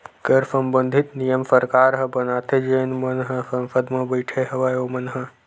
कर संबंधित नियम सरकार ह बनाथे जेन मन ह संसद म बइठे हवय ओमन ह